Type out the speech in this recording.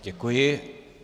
Děkuji.